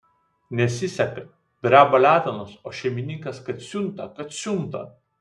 nesiseka dreba letenos o šeimininkas kad siunta kad siunta